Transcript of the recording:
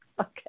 Okay